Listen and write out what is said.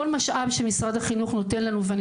כל משאב שמשרד החינוך נותן לנו ואני